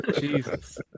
Jesus